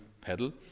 pedal